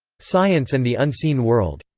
science and the unseen world.